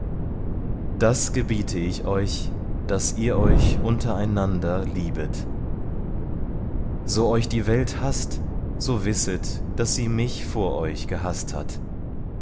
das gebiete ich euch daß ihr euch untereinander liebet so euch die welt haßt so wisset daß sie mich vor euch gehaßt hat